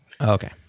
Okay